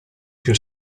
più